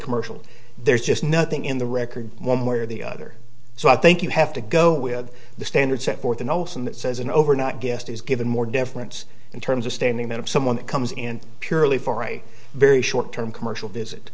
commercial there's just nothing in the record one way or the other so i think you have to go with the standard set forth the notion that says an overnight guest is given more difference in terms of standing than if someone comes in purely for a very short term commercial visit